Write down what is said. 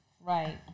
Right